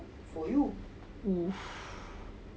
!oof!